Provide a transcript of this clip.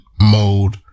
mode